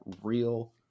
real